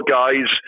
guys